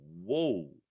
whoa